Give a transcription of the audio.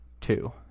Two